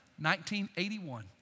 1981